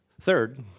Third